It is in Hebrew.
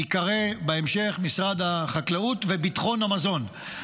ייקרא בהמשך "משרד החקלאות וביטחון המזון".